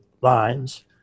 lines